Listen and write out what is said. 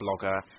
blogger